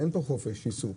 אין פה חופש עיסוק,